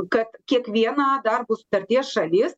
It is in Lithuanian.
kad kiekviena darbo sutarties šalis